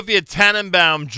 Tannenbaum